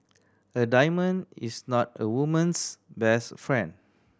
a diamond is not a woman's best friend